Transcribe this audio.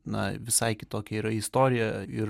na visai kitokia yra istorija ir